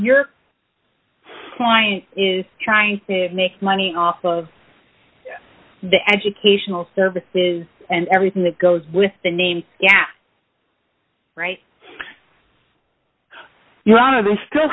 you're your client is trying to make money off of the educational services and everything that goes with the name yeah right you know they still